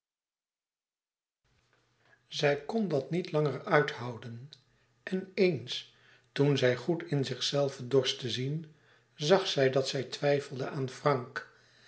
zij kn dat niet langer uithouden en eens toen zij goed in zichzelve dorst te zien zag zij dat zij twijfelde aan frank